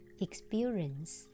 experience